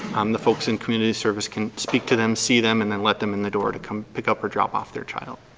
um the folks in community service can speak to them, see them, and then let them in the door to come pick up or drop off their child.